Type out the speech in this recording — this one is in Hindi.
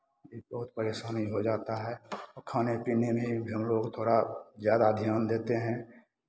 बहुत परेशानी हो जाता है और खाने पीने में भी हम लोग थोड़ा ज़्यादा ध्यान देते हैं